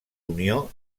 unió